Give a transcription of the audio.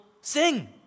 sing